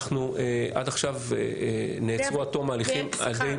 עד עכשיו נעצרו עד תום ההליכים על ידי